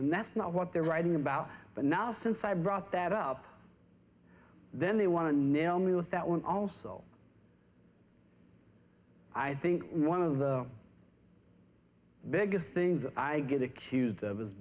and that's not what they're writing about but now since i brought that up then they want to nail me with that one also i think one of the biggest things i get accused of is